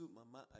Mama